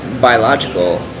biological